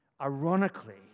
ironically